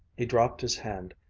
he dropped his hand,